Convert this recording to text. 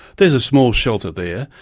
there's a small shelter there,